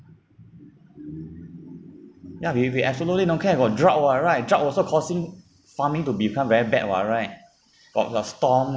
ya we we absolutely don't care about drought [what] right drought also causing farming to become very bad [what] right got got storm